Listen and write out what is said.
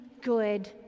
good